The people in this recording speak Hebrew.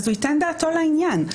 ייתן דעתו לעניין.